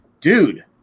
dude